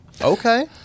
Okay